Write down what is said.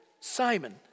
Simon